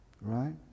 Right